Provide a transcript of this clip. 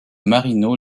marino